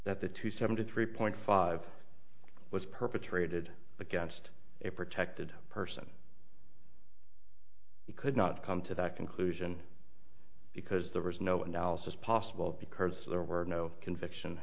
that the two seventy three point five was perpetrated against a protected person he could not come to that conclusion because there was no analysis possible because there were no conviction